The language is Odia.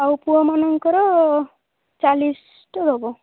ଆଉ ପୁଅମାନଙ୍କର ଚାଲିଶ ଟେ ଦବ